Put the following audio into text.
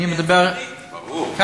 אני מדבר כאן.